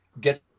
get